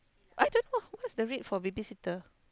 I don't know what's the rate for baby sitter